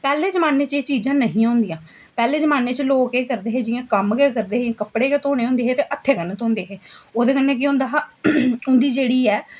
पैह्ले जमान्ने च एह् चीज़ां नेईं हियां होंदियां पैह्ले जमान्ने च लोग केह् करदे हे जियां कम्म गै करदे हे जियां कपड़े गै धोने होंदे हे ते ओह् हत्थे कन्नै धोंदे हे ओह्दे कन्नै केह् होंदा हा उंदी जेह्ड़ी ऐ